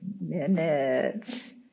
minutes